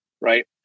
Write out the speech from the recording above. right